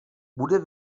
bude